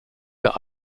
der